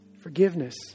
Forgiveness